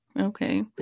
Okay